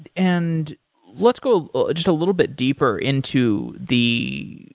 and let's go just a little bit deeper into the